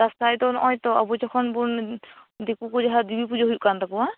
ᱫᱟᱥᱟᱸᱭ ᱫᱚ ᱱᱚᱜ ᱚᱭ ᱛᱚ ᱟᱵᱳ ᱡᱚᱠᱷᱚᱱ ᱵᱚᱱ ᱫᱤᱠᱩ ᱠᱚ ᱡᱟᱦᱟᱸ ᱫᱮᱵᱤ ᱯᱩᱡᱟ ᱦᱩᱭᱩᱜ ᱠᱟᱱ ᱛᱟᱠᱚᱣᱟ